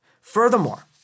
Furthermore